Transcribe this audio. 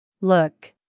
Look